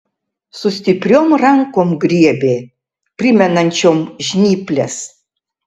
su stipriom rankom griebė primenančiom žnyples